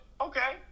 Okay